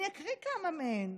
אני אקריא כמה מהן.